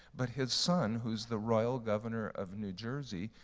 but his son whose the royal governor of new jersey,